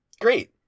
Great